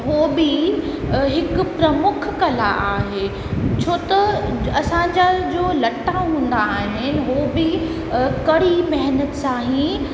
उहो बि हिकु प्रमुख कला आहे छो त असांजा जो लटा हूंदा आहिनि उहो बि कड़ी महिनत सां ई